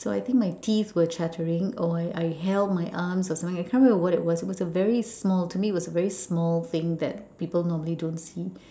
so I think my teeth were chattering or I I held my arms or something like that can't remember what it was to me it was a very small it was a small thing that people normally don't see